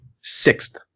sixth